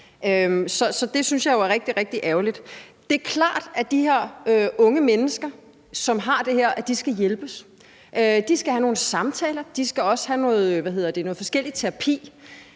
Det synes jeg jo er rigtig, rigtig ærgerligt. Det er klart, at de her unge mennesker, som har det her, skal hjælpes. De skal have nogle samtaler, og de skal også have noget forskelligt terapi.